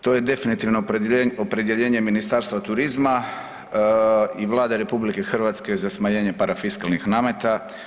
To je definitivno opredijeljenje Ministarstva turizma i Vlade RH za smanjenje parafiskalnih nameta.